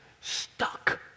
stuck